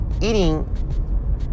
eating